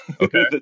Okay